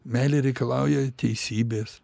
meilė reikalauja teisybės